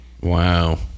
Wow